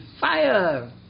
fire